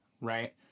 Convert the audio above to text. Right